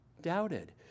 doubted